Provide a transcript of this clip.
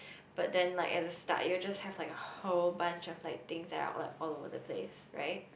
but then like at the start you're just have like have a whole bunch of like things that like all over the place right